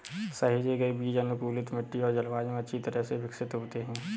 सहेजे गए बीज अनुकूलित मिट्टी और जलवायु में अच्छी तरह से विकसित होते हैं